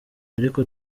ariko